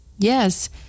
Yes